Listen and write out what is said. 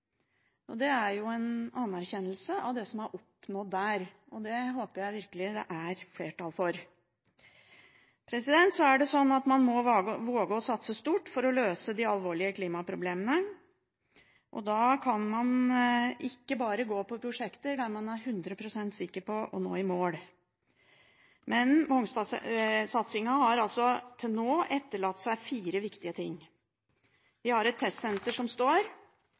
Teknologisenteret. Det er jo en anerkjennelse av det som er oppnådd der, og det håper jeg virkelig det er flertall for. Så er det sånn at man må våge å satse stort for å løse de alvorlige klimaproblemene. Da kan man ikke bare gå på prosjekter der man er 100 pst. sikker på å nå i mål. Men Mongstad-satsingen har til nå etterlatt seg fire viktige ting. Vi har et testsenter som står,